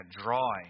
drawing